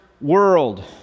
world